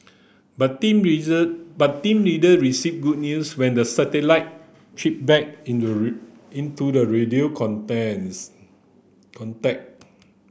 but team but team later received good news when the satellite chirped back into the radio contacts contact